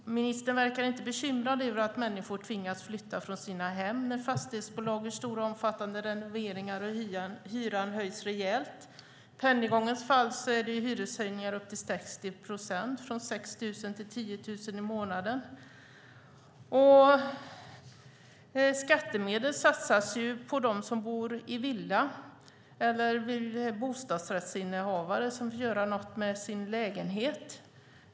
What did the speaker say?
Ministern verkar inte bekymrad över att människor tvingas flytta från sina hem vid fastighetsbolagens stora omfattande renoveringar och när hyran höjs rejält. I Pennygångens fall är det fråga om hyreshöjningar på upp till 60 procent, från 6 000 till 10 000 kronor i månaden. Skattemedel satsas på dem som bor i villa eller är bostadsrättsinnehavare som vill göra något med sina hus eller lägenheter.